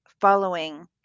following